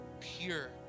pure